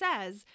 says